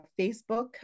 facebook